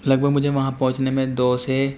لگ بھگ مجھے وہاں پہنچنے میں دو سے